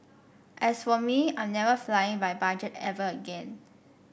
as for me I'm never flying by budget ever again